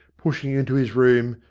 pushing into his room,